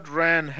ran